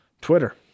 Twitter